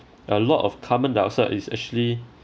a lot of carbon dioxide is actually